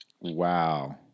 Wow